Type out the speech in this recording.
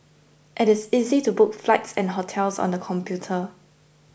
it is easy to book flights and hotels on the computer